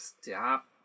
stop